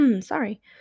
sorry